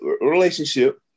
relationship